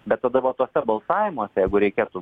bet tada va tuose balsavimuose jeigu reikėtų